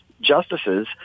justices